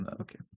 okay